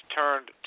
turned